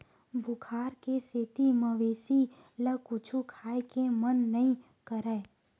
बुखार के सेती मवेशी ल कुछु खाए के मन नइ करय